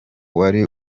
wari